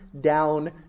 down